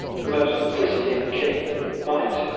the most christian king might,